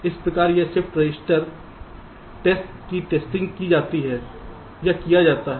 इस प्रकार यह शिफ्ट रजिस्टर टेस्ट की टेस्टिंग की जाती है या किया जाता है